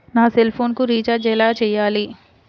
నా సెల్ఫోన్కు రీచార్జ్ ఎలా చేయాలి?